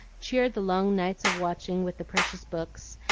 cheered the long nights of watching with the precious books,